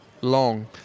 long